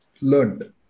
learned